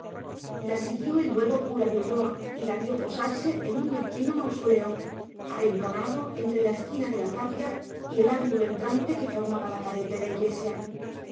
la siguió el nuevo cura de ulloa y la vio posarse en un mezquino mausoleo arrinconado entre la esquina de la tapia y el ángulo entrante que formaba la pared de la iglesia